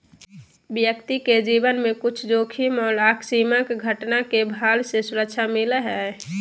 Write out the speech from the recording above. व्यक्ति के जीवन में कुछ जोखिम और आकस्मिक घटना के भार से सुरक्षा मिलय हइ